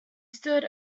stood